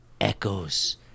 echoes